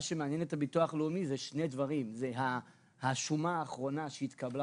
מה שמעניין את הביטוח הלאומי אלה שני דברים: השומה האחרונה שהתקבלה